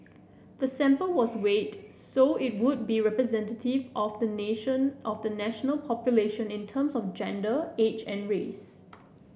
the sample was weighted so it would be representative of the nation of the national population in terms of gender age and race